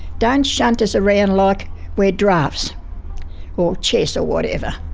don't shunt us around like we're draughts or chess or whatever.